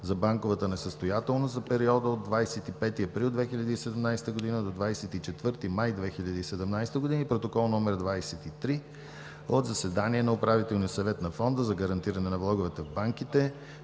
за банковата несъстоятелност за периода от 25 април 2017 г. до 24 май 2017 г. и Протокол № 23 от заседанието на Управителния съвет на Фонда за гарантиране на влоговете в банките.